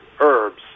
herbs